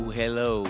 hello